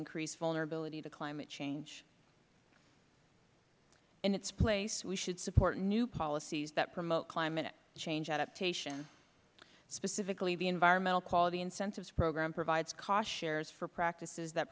increase vulnerability to climate change in its place we should support new policies that promote climate change adaptation specifically the environmental quality incentives program provides cost shares for practices that